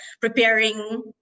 preparing